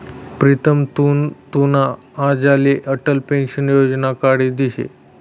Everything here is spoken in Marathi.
प्रीतम तु तुना आज्लाले अटल पेंशन योजना काढी दिशी